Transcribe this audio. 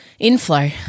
Inflow